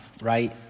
right